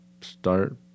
start